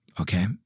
Okay